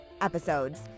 episodes